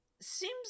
Seems